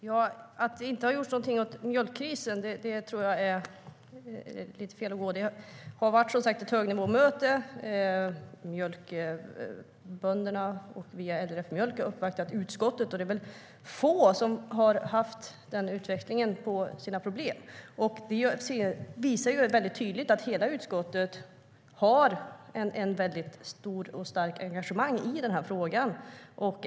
Herr talman! Att det inte gjorts någonting åt mjölkkrisen tror jag är fel. Man har haft ett högnivåmöte. Mjölkbönderna via LRF Mjölk har uppvaktat utskottet. Det är väl få som har haft den utväxlingen om sina problem. Det visar ju tydligt att hela utskottet har ett stort och starkt engagemang i den här frågan.